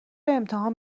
امتحان